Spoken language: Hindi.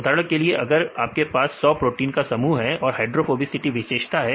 उदाहरण के लिए अगर आपके पास 100 प्रोटीन का समूह है और हाइड्रोफोबिसिटी विशेषता है